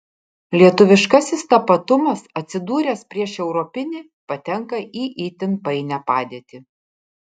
lietuviškasis tapatumas atsidūręs prieš europinį patenka į itin painią padėtį